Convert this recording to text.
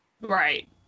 Right